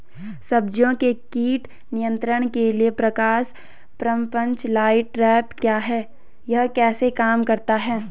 सब्जियों के कीट नियंत्रण के लिए प्रकाश प्रपंच लाइट ट्रैप क्या है यह कैसे काम करता है?